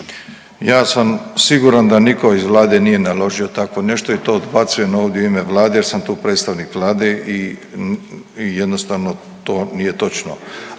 Ja sam siguran da nitko iz vlade nije naložio takvo nešto i to odbacujem ovdje u ime vlade jer sam tu predstavnik vlade i jednostavno to nije točno.